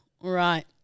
Right